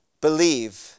Believe